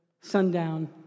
sundown